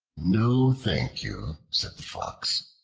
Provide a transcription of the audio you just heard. no, thank you, said the fox.